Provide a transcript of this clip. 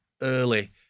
early